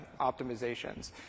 optimizations